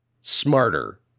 Smarter